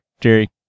jerry